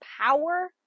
power